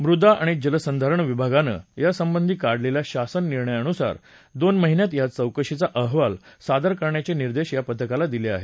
मृदा अणि जलसंधारण विभागानं यासंबंधी काढलेल्या शासन निर्णयानुसार दोन महिन्यात या चौकशीचा अहवाल सादर करण्याचे निर्देश या पथकाला दिले आहेत